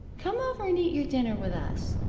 come over and eat your dinner with us.